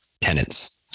tenants